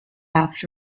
aft